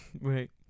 right